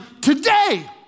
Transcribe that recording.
today